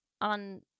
on